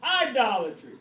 idolatry